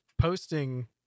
posting